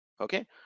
Okay